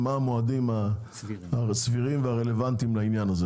מה המועדים הסבירים והרלוונטיים לעניין הזה.